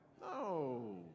No